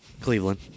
Cleveland